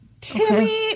timmy